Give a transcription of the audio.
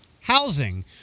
housing